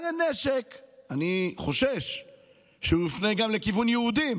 הרי זה נשק שאני חושש שהוא יופנה גם לכיוון יהודים,